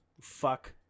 Fuck